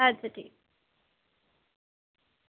अच्छा ठीक